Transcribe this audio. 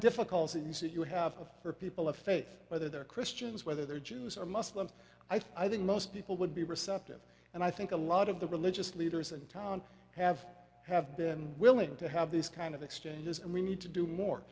difficulties that you have for people of faith whether they're christians whether they're jews or muslims i think most people would be receptive and i think a lot of the religious leaders in town have have been willing to have this kind of exchanges and we need to do more